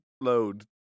load